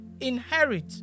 inherit